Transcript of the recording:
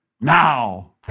now